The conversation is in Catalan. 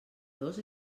dos